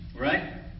Right